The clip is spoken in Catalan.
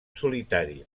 solitari